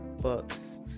books